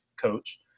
coach